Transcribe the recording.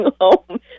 home